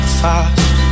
fast